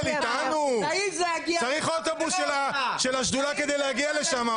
--- צריך אוטובוס של השדולה כדי להגיע לשם.